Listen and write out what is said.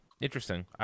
Interesting